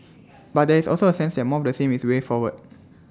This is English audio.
but there is also A sense that more of the same is the way forward